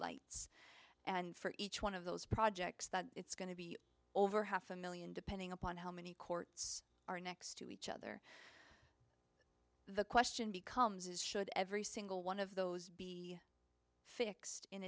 lights and for each one of those projects that it's going to be over half a million depending upon how many courts are next to each other the question becomes is should every single one of those be fixed